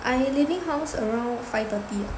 I leaving house around five thirty